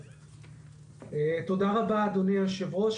תודה רבה, אדוני היושב-ראש.